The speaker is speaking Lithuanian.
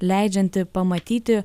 leidžianti pamatyti